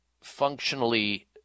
functionally